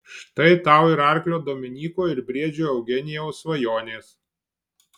štai tau ir arklio dominyko ir briedžio eugenijaus svajonės